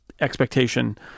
expectation